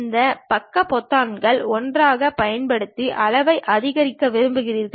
இந்த பக்க பொத்தான்களை ஒன்றாகப் பயன்படுத்தி அளவை அதிகரிக்க விரும்புகிறீர்கள்